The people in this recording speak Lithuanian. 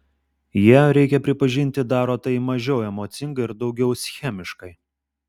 jie reikia pripažinti daro tai mažiau emocingai ir daugiau schemiškai